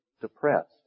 depressed